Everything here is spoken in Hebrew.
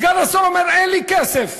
סגן השר אומר: אין לי כסף.